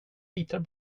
litar